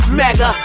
mega